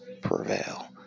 Prevail